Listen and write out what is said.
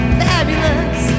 fabulous